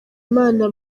imana